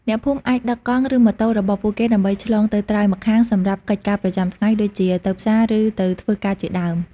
អ្នកភូមិអាចដឹកកង់ឬម៉ូតូរបស់ពួកគេដើម្បីឆ្លងទៅត្រើយម្ខាងសម្រាប់កិច្ចការប្រចាំថ្ងៃដូចជាទៅផ្សារឬទៅធ្វើការជាដើម។